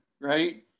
right